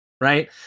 right